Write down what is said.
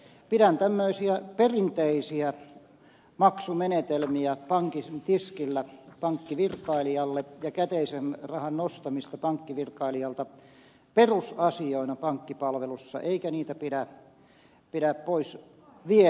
mutta pidän tämmöisiä perinteisiä maksumenetelmiä pankin tiskillä pankkivirkailijalle ja käteisen rahan nostamista pankkivirkailijalta perusasioina pankkipalvelussa eikä niitä pidä pois viedä